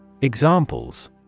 Examples